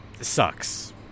sucks